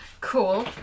Cool